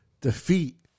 defeat